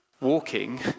Walking